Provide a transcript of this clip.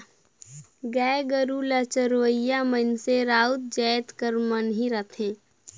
गाय गरू ल चरोइया मइनसे राउत जाएत कर मन ही रहथें